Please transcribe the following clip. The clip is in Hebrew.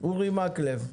אורי מקלב.